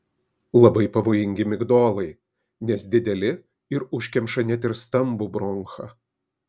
labai pavojingi migdolai nes dideli ir užkemša net ir stambų bronchą